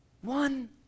one